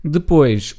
Depois